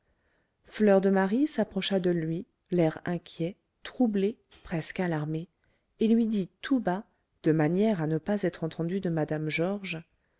fleur de marie s'approcha de lui l'air inquiet troublé presque alarmé et lui dit tout bas de manière à ne pas être entendue de mme georges